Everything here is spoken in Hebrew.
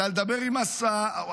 אלא לדבר עם הדובר.